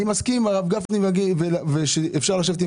אני מסכים עם הרב גפני שאפשר לשבת עם